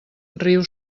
riu